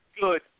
Good